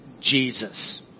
Jesus